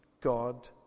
God